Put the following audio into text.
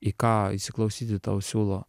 į ką įsiklausyti tau siūlo